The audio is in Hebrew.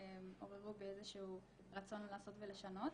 ועוררו בי איזשהו רצון לעשות ולשנות.